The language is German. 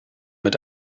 mit